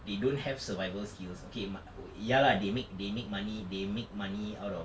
they don't have survival skills okay ma~ ya lah they make they make money they make money out of